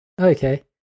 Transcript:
Okay